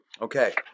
Okay